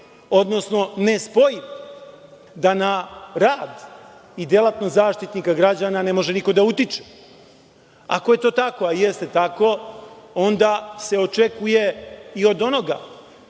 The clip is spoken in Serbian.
odnosno nespojivi; da na rad i delatnost Zaštitnika građana ne može niko da utiče. Ako je to tako, a jeste tako, onda se očekuje i od onoga